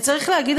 וצריך להגיד,